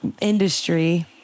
industry